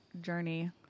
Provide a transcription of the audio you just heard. journey